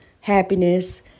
happiness